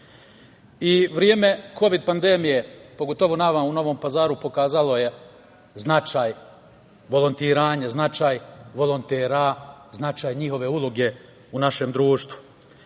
itd. Vreme kovid pandemija, pogotovo nama u Novom Pazaru pokazalo je značaj volontiranja, značaj volontera, značaj njihove uloge u našem društvu.